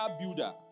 builder